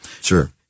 sure